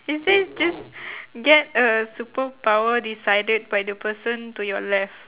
it says just get a superpower decided by the person to your left